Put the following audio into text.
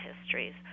histories